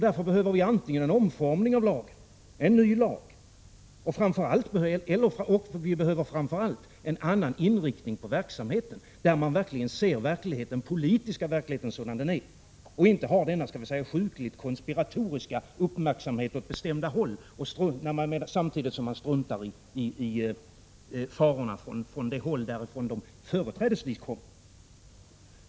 Därför behöver vi en omformning av lagen — en ny lag — och framför allt en annan inriktning av verksamheten, så att man verkligen ser den politiska verkligheten sådan som den är och inte har denna så att säga sjukligt konspiratoriska uppmärksamhet åt bestämda håll samtidigt som man struntar i farorna från det håll därifrån de företrädesvis kommer.